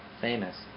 famous